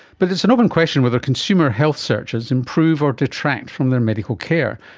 but it's an open question whether consumer health searches improve or detract from their medical care.